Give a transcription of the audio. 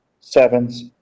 sevens